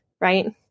right